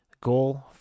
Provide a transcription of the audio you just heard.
goal